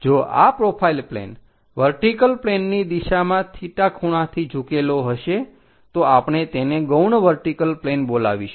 જો આ profile plane vertical પ્લેનની દિશામાં થીટા ખૂણાથી ઝૂકેલો હશે તો આપણે તેને ગૌણ વર્ટિકલ પ્લેન બોલાવીશું